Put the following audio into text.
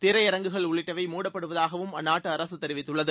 திரையரங்குகள் உள்ளிட்டவை மூடப்படுவதாகவும் அந்நாட்டு அரசு தெரிவித்துள்ளது